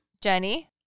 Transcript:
Jenny